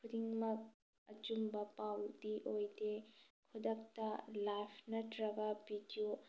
ꯈꯨꯗꯤꯡꯃꯛ ꯑꯆꯨꯝꯕ ꯄꯥꯎꯗꯤ ꯑꯣꯏꯗꯦ ꯈꯨꯗꯛꯇ ꯂꯥꯏꯐ ꯅꯠꯇ꯭ꯔꯒ ꯕꯤꯗꯤꯑꯣ